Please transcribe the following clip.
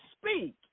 speak